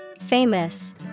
Famous